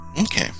okay